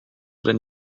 than